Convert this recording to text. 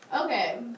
Okay